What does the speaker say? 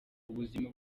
ubuzima